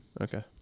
Okay